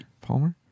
Palmer